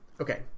Okay